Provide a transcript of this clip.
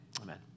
Amen